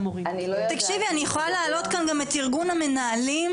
אני יכולה להעלות כאן גם את ארגון המנהלים,